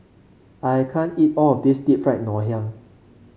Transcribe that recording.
I can't eat all of this Deep Fried Ngoh Hiang